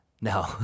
No